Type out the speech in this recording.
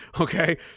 okay